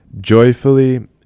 Joyfully